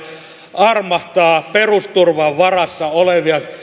armahtaa perusturvan varassa olevia